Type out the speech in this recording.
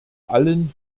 allen